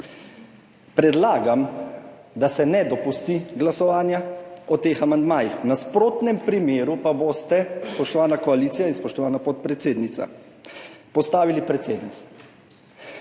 Predlagam, da se ne dopusti glasovanja o teh amandmajih. V nasprotnem primeru pa boste, spoštovana koalicija in spoštovana podpredsednica, postavili precedens.